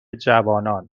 جوانان